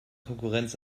konkurrenz